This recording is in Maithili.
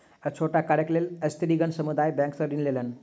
छोट कार्यक लेल स्त्रीगण समुदाय बैंक सॅ ऋण लेलैन